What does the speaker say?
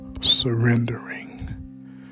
surrendering